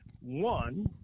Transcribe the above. One